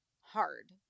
hard